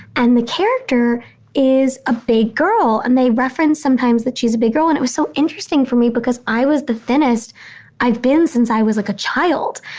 and the character is a big girl. and they reference sometimes that she's a big girl. and it was so interesting for me because i was the thinnest i've been since i was like a child.